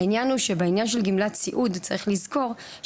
העניין הוא שבעניין של גמלת סיעוד צריך לזכור,